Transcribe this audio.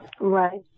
Right